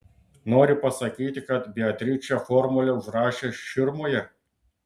nori pasakyti kad beatričė formulę užrašė širmoje